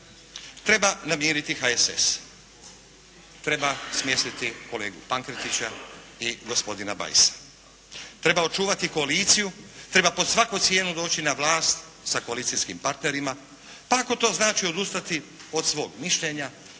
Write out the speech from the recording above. treba namiriti HSS, treba smjestiti kolegu Pankretića i gospodina Bajsa, treba očuvati koaliciju, treba pod svaku cijenu doći na vlast sa koalicijskim partnerima. Pa ako to znači odustati od svog mišljenja